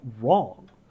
wrong